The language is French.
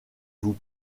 vous